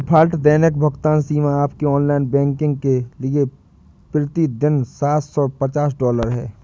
default दैनिक भुगतान सीमा आपके ऑनलाइन बैंकिंग के लिए प्रति दिन सात सौ पचास डॉलर है